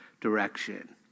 direction